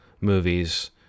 movies